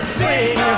sing